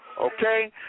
Okay